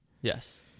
yes